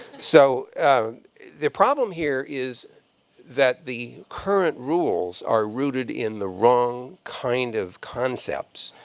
so the problem here is that the current rules are rooted in the wrong kind of concepts.